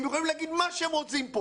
הם יכולים להגיד פה מה שהם רוצים.